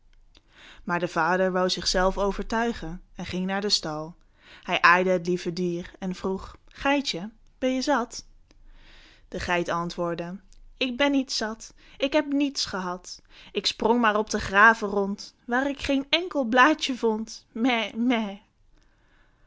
maar de vader wôu zichzelf overtuigen en ging naar den stal hij aaide het lieve dier en vroeg geitje ben je zat de geit antwoordde ik ben niet zat k heb niets gehad ik sprong maar op de graven rond waar ik geen enkel blaadje vond mè mè wat